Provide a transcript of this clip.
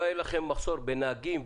לא היה לכם מחסור בנהגים,